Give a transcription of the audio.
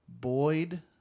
Boyd